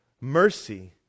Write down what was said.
mercy